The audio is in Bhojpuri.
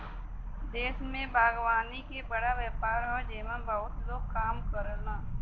देश में बागवानी के बड़ा व्यापार हौ जेमन बहुते लोग काम करलन